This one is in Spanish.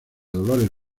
dolores